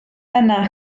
yna